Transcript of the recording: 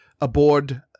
aboard